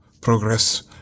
progress